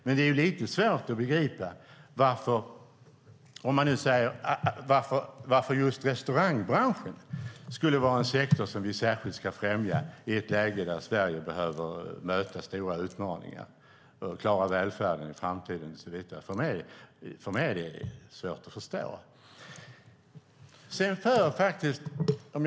Men det är lite svårt att begripa varför just restaurangbranschen skulle vara en sektor som vi särskilt ska främja i ett läge där Sverige har stora utmaningar att möta för att klara välfärden i framtiden. För mig är det svårt att förstå.